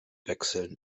wechseln